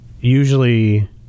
usually